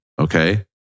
Okay